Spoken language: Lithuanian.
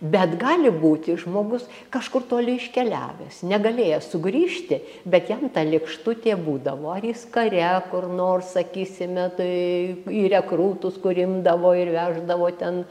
bet gali būti žmogus kažkur toli iškeliavęs negalėjęs sugrįžti bet jam ta lėkštutė būdavo ar jis kare kur nors sakysime tai į rekrutus kur imdavo ir veždavo ten